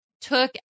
took